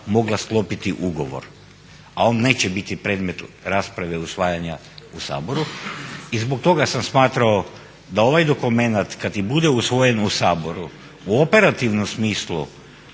mogla sklopiti ugovor, a on neće biti predmet rasprave usvajanja u Saboru. I zbog toga sam smatrao da ovaj dokumenat kad i bude usvojen u Saboru u operativnom smislu